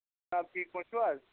جِناب ٹھیٖک پٲٹھۍ چھِو حظ